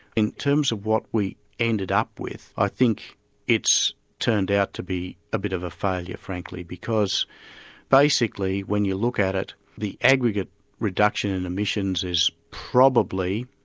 in terms of what we ended up with, i think it's turned out to be a bit of a failure frankly, because basically when you look at it, the aggregate reduction in emissions is probably,